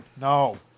No